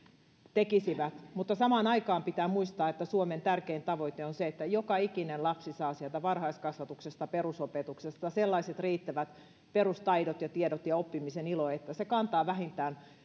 tekisivät mutta samaan aikaan pitää muistaa että suomen tärkein tavoite on se että joka ikinen lapsi saa sieltä varhaiskasvatuksesta ja perusopetuksesta sellaiset riittävät perustaidot ja tiedot ja oppimisen ilon että se kantaa vähintään